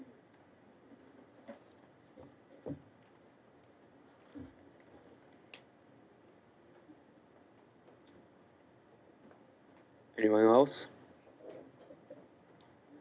them